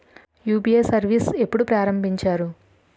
UPI service ఎప్పుడు ప్రారంభించారు?